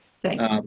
thanks